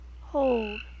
Hold